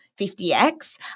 50x